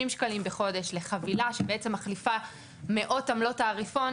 שקלים בחודש לחבילה שבעצם מחליפה מאות עמלות תעריפון,